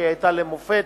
שהיתה למופת.